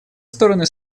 стороны